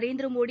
Narendra Modi